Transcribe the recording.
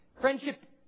Friendship